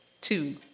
two